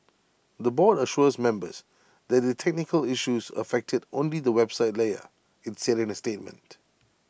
the board assures members that the technical issues affected only the website layer IT said in A statement